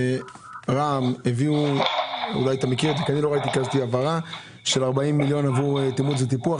שרע"מ הביאו העברה של 40 מיליון שקלים עבור טיפוח.